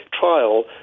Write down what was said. trial